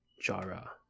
Jara